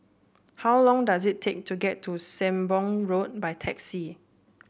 how long does it take to get to Sembong Road by taxi